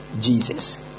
Jesus